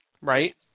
right